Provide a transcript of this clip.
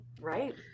right